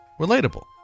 relatable